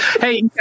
Hey